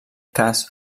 cas